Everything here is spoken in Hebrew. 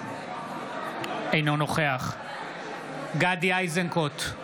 אינו נוכח גדי איזנקוט,